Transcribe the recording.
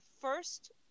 first